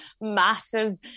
massive